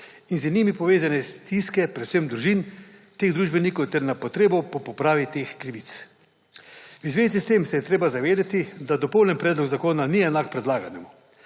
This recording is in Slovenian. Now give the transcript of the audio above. in z njimi povezane stiske predvsem družin teh družbenikov ter na potrebno po popravi teh krivic. V zvezi s tem se je treba zavedati, da dopolnjen predlog zakona ni enak predlaganemu.